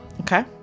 Okay